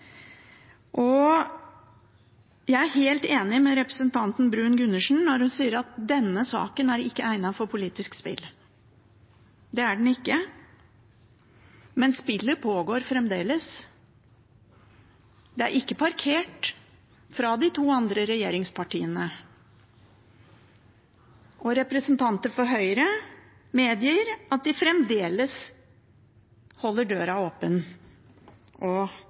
dette. Jeg er helt enig med representanten Bruun-Gundersen når hun sier at denne saken ikke er egnet for politisk spill. Det er den ikke, men spillet pågår fremdeles. Den er ikke parkert fra de to andre regjeringspartiene. Og representanter for Høyre medgir at de fremdeles holder døra åpen og